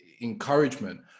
encouragement